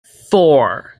four